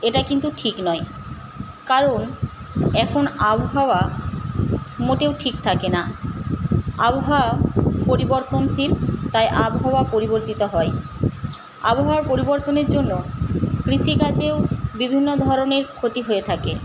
এটা কিন্তু ঠিক নয় কারণ এখন আবহাওয়া মোটেও ঠিক থাকে না আবহাওয়া পরিবর্তনশীল তাই আবহাওয়া পরিবর্তিত হয় আবহাওয়া পরিবর্তনের জন্য কৃষিকাজেও বিভিন্ন ধরনের ক্ষতি হয়ে থাকে